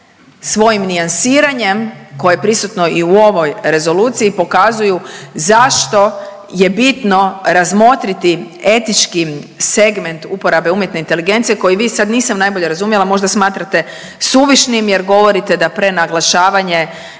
svojim nijansiranjem koje je prisutno i u ovoj rezoluciji pokazuju zašto je bitno razmotriti etički segment uporabe umjetne inteligencije koji vi sad nisam najbolje razumjela, možda smatrate suvišnim jer govorite da prenaglašavanje